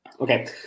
Okay